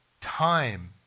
time